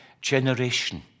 generation